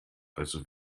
also